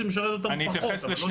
זה משרת אותן פחות אבל זה משרת.